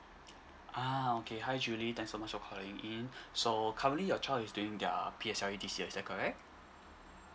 ah okay hi julie thanks so much for calling in so currently your child is doing their P_S_L_E this year is that correct